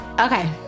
Okay